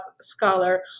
scholar